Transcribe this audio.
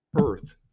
earth